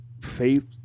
faith